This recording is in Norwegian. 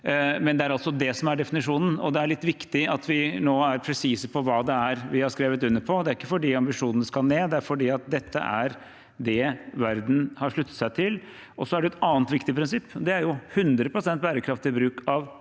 det er altså det som er definisjonen. Det er litt viktig at vi nå er presise på hva det er vi har skrevet under på. Det er ikke fordi ambisjonene skal ned, det er fordi dette er det verden har sluttet seg til. Og så er det et annet viktig prinsipp, og det er 100 pst. bærekraftig bruk av